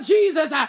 Jesus